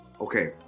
okay